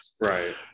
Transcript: Right